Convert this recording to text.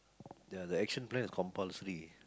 the the action plan is compulsory